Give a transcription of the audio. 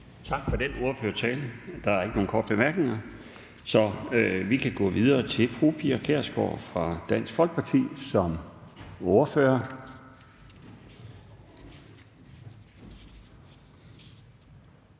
Tak for den ordførertale. Der er ikke nogen korte bemærkninger, så vi kan gå videre til fru Pia Kjærsgaard fra Dansk Folkeparti som ordfører.